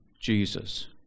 Jesus